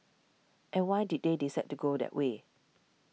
and why did they decide to go that way